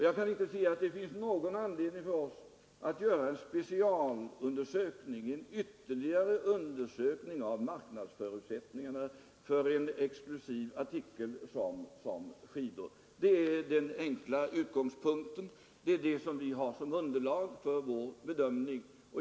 Jag kan inte se att det finns någon anledning för oss att göra en ytterligare undersökning av marknadsförutsättningarna för en exklusiv artikel som skidor. Det är den enkla utgångspunkt vi haft för vår bedömning.